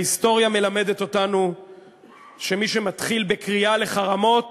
ההיסטוריה מלמדת אותנו שמי שמתחיל בקריאה לחרמות